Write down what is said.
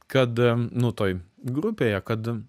kad nu toj grupėje kad